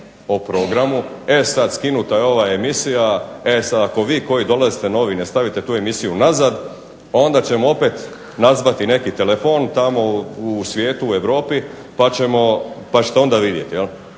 o programu, e sad skinuta je ova emisija, e sad ako vi koji dolazite novi ne stavite tu emisiju nazad onda ćemo opet nazvati neki telefon tamo u svijetu, u Europi pa ćete onda vidjeti. Pa